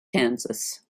kansas